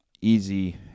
easy